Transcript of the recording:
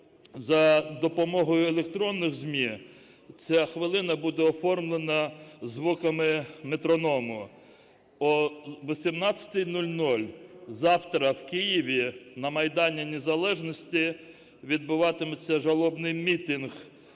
за допомогою електронних ЗМІ. Ця хвилина буде оформлена звуками метроному. О 18:00 завтра в Києві на Майдані Незалежності відбуватиметься жалобний мітинг